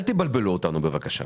אל תבלבלו אותנו, בבקשה.